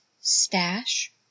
stash